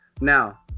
Now